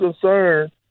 concerned